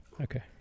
okay